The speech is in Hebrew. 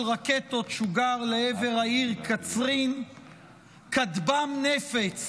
רקטות שוגר לעבר העיר קצרין וכטב"ם נפץ